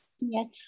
Yes